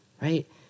right